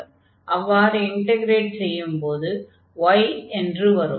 அவ்வாறு இன்டக்ரேட் செய்யும்போது y என்று வரும்